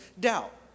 doubt